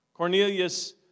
Cornelius